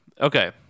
Okay